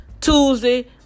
Tuesday